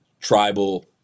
tribal